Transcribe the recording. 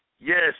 Yes